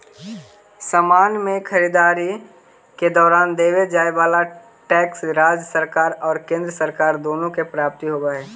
समान के खरीददारी के दौरान देवे जाए वाला टैक्स राज्य सरकार और केंद्र सरकार दोनो के प्राप्त होवऽ हई